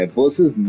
versus